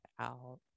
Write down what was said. out